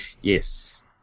Yes